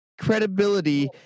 Credibility